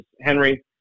Henry